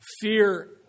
fear